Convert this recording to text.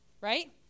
Right